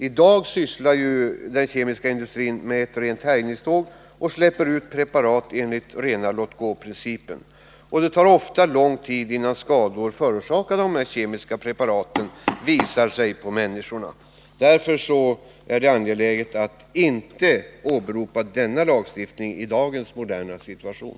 I dag sysslar den kemiska industrin med ett rent härjningståg och släpper ut preparat enligt rena låt-gå-principen. Det tar ofta lång tid innan skador förorsakade av kemiska preparat visar sig på människor. Därför är det angeläget att inte åberopa denna lagstiftning i dagens moderna situation.